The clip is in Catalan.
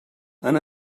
han